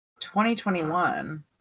2021